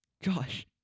Josh